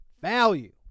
Value